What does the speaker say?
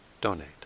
donate